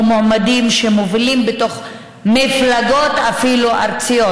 או אפילו מועמדים שמובילים בתוך מפלגות ארציות.